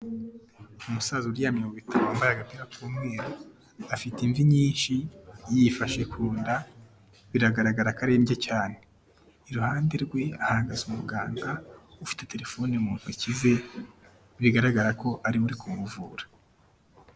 Umusaza uryamye mu bitaro wambaye agapira k'umweru afite imvi nyinshi yifashe ku nda biragaragara ko ari indye cyane, iruhande rwe hahagaze umuganga ufite telefoni mu ntoki ze bigaragara ko ariwe uri kumuvura.